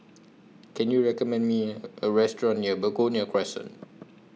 Can YOU recommend Me A Restaurant near Begonia Crescent